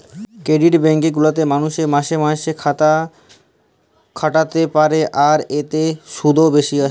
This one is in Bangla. ক্রেডিট ব্যাঙ্ক গুলাতে মালুষ মাসে মাসে তাকাখাটাতে পারে, আর এতে শুধ ও বেশি আসে